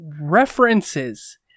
references